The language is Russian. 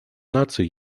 наций